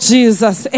Jesus